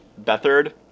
bethard